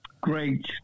Great